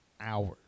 hours